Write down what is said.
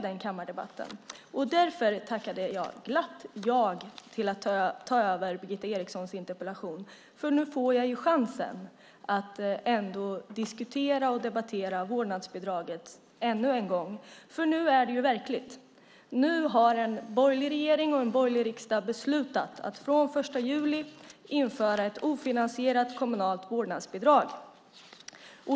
Därför tackade jag glatt ja till att ta över Birgitta Erikssons interpellation. Nu får jag ju chansen att ändå diskutera och debattera vårdnadsbidraget ännu en gång. Nu är det verkligt. Nu har en borgerlig regering och en borgerlig riksdag beslutat att den 1 juli införa ett ofinansierat kommunalt vårdnadsbidrag.